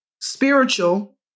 spiritual